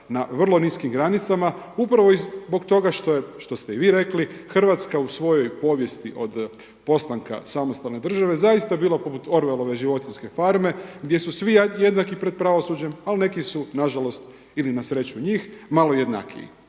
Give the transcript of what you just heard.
na vrlo niskim granicama, upravo zbog toga što ste i vi rekli Hrvatska u svojoj povijesti od postanka samostalne države zaista bila poput Orwellove životinjske farme gdje su svi jednaki pred pravosuđem ali neki su nažalost ili na sreću njih, malo jednakiji